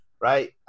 Right